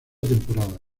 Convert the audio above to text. temporada